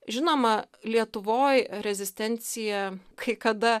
žinoma lietuvoj rezistencija kai kada